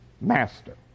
master